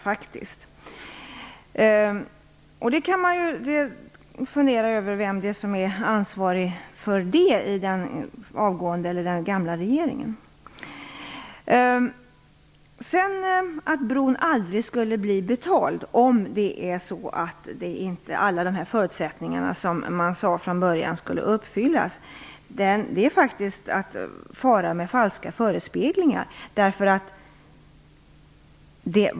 Man kan fundera över vem som var ansvarig för det i den gamla regeringen. Att säga att bron aldrig skulle bli betald om inte alla de förutsättningar som man hade från början uppfylldes är att fara med falska förespeglingar.